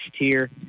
tier